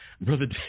brother